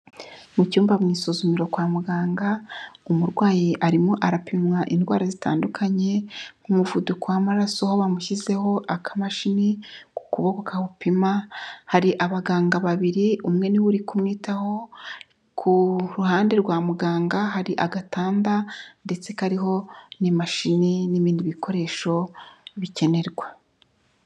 Mu cyumba mu isuzumiro kwa muganga, umurwayi arimo arapimwa indwara zitandukanye nk'umuvuduko w'amaraso, aho bamushyizeho akamashini ku kuboko kawupima, hari abaganga babiri umwe ni we uri kumwitaho, ku ruhande rwa muganga hari agatada ndetse kariho n'imashini n'ibindi bikoresho bikenerwa.